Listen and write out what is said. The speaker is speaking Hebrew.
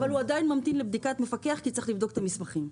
אבל הוא עדיין ממתין לבדיקת מפקח כי צריך לבדוק את המסמכים.